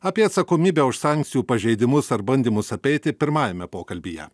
apie atsakomybę už sankcijų pažeidimus ar bandymus apeiti pirmajame pokalbyje